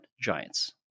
giants